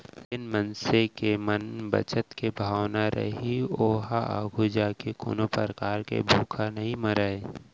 जेन मनसे के म बचत के भावना रइही ओहा आघू जाके कोनो परकार ले भूख नइ मरय